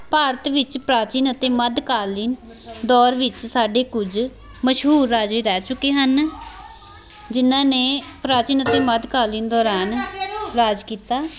ਭਾਰਤ ਵਿੱਚ ਪ੍ਰਾਚੀਨ ਅਤੇ ਮੱਧਕਾਲੀਨ ਦੌਰ ਵਿੱਚ ਸਾਡੇ ਕੁਝ ਮਸ਼ਹੂਰ ਰਾਜੇ ਰਹਿ ਚੁੱਕੇ ਹਨ ਜਿਨ੍ਹਾਂ ਨੇ ਪ੍ਰਾਚੀਨ ਅਤੇ ਮੱਧਕਾਲੀਨ ਦੌਰਾਨ ਰਾਜ ਕੀਤਾ